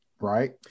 right